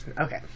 Okay